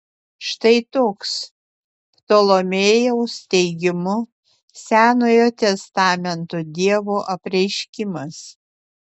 štai toks ptolomėjaus teigimu senojo testamento dievo apreiškimas